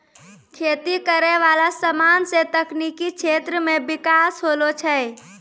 खेती करै वाला समान से तकनीकी क्षेत्र मे बिकास होलो छै